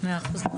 מאה אחוז.